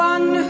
One